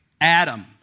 Adam